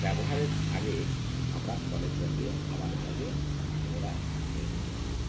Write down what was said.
ব্যবহারের আগে আমরা কলের জল দিয়ে আবার ওটাকে পুনরায় ধুয়ে নিয়ে থাকি